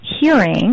hearing